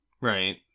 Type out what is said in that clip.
Right